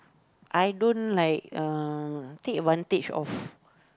I don't like uh take advantage of